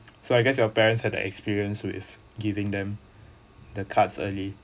so I guess your parents had the experience with giving them the cards early